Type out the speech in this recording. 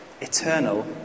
eternal